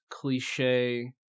cliche